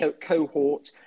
cohort